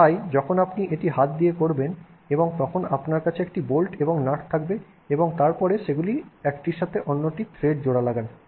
সুতরাং যখন এটি আপনার হাত দিয়ে করবেন তখন আপনার কাছে একটি বল্ট এবং নাট থাকবে এবং তারপরে সেগুলি একটির সাথে অন্যটিতে থ্রেড জোড়া লাগান